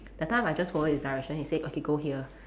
that time I just follow his direction he said okay go here